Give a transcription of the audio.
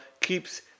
keeps